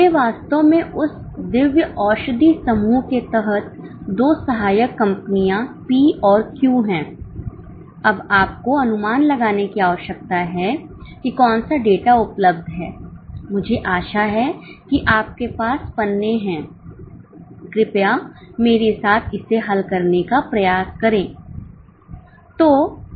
वे वास्तव में उस दिव्य औषधि समूह के तहत दो सहायक कंपनियां P और Q हैं अब आपको अनुमान लगाने की आवश्यकता है कि कौन सा डेटा उपलब्ध है मुझे आशा है कि आपके पास पन्ने हैं कृपया मेरे साथ इसे हल करने का प्रयास करें